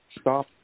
stop